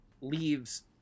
leaves